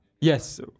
Yes